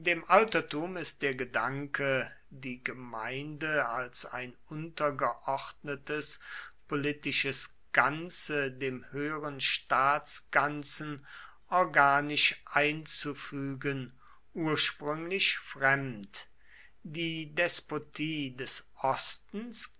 dem altertum ist der gedanke die gemeinde als ein untergeordnetes politisches ganze dem höheren staatsganzen organisch einzufügen ursprünglich fremd die despotie des ostens